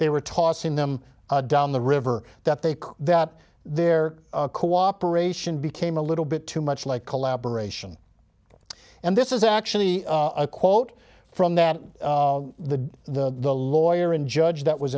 they were tossing them down the river that they that their cooperation became a little bit too much like collaboration and this is actually a quote from that the the the lawyer and judge that was